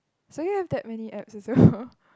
so you have that many apps also